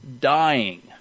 dying